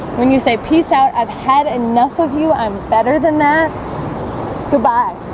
when you say peace out, i've had enough of you. i'm better than that goodbye